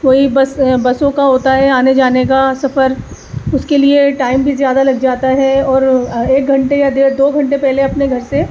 کوئی بس بسوں کا ہوتا ہے آنے جانے کا سفر اس کے لیے ٹائم بھی زیادہ لگ جاتا ہے اور ایک گھنٹے یا دو گھنٹے پہلے اپنے گھر سے